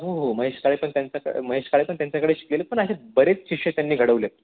हो हो हो महेश काळे पण त्यांच्याक महेश काळे पण त्यांच्याकडे शिकलेले पण असे बरेच शिष्य त्यांनी घडवले आहेत